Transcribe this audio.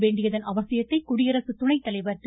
வேண்டியதன் அவசியத்தை குடியரசு துணை தலைவர் திரு